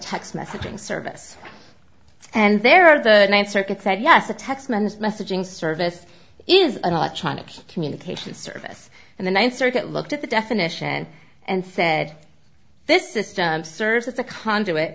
text messaging service and there are the ninth circuit said yes the text messaging service is an electronic communications service and the ninth circuit looked at the definition and said this is serves as a conduit